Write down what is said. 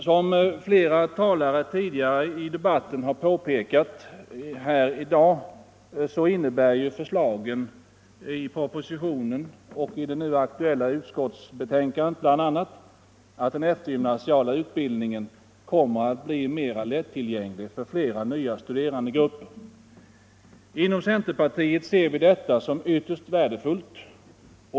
Som flera talare tidigare påpekat i dagens debatt innebär förslagen i propositionen 9 och i det nu aktuella utskottsbetänkandet bl.a. att den eftergymnasiala utbildningen kommer att bli mera lättillgänglig för flera nya studerandegrupper. Inom centerpartiet ser vi detta som ytterst värdefullt.